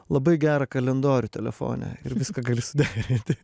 labai gerą kalendorių telefone ir viską gali suderinti